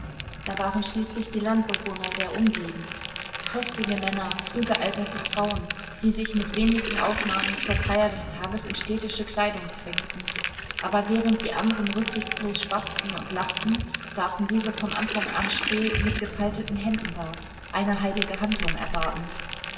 da waren schließlich die landbewohner der umgegend kräftige männer früh gealterte frauen die sich mit wenigen ausnahmen zur feier des tages in städtische kleidung zwängten aber während die anderen rücksichtslos schwatzten und lachten saßen diese von anfang an still mit gefalteten händen da eine heilige handlung erwartend